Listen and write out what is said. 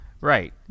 Right